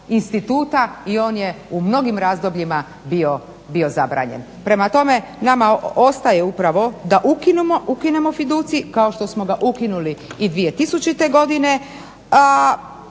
instituta i on je u mnogim razdobljima bio zabranjen. Prema tome, nama ostaje upravo da ukinemo fiducij kao što smo ga ukinuli i 2000.godine.